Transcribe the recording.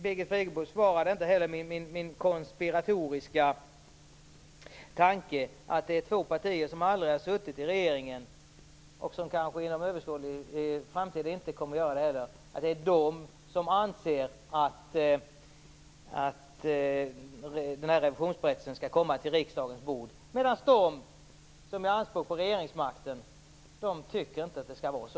Birgit Friggebo svarade inte heller på min så att säga konspiratoriska tanke att det är två partier som aldrig har suttit i regeringen, och som kanske inom överskådlig framtid inte kommer att göra det heller, som anser att denna revisionsberättelse skall komma till riksdagens bord, medan de som gör anspråk på regeringsmakten inte tycker att det skall vara så.